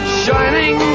shining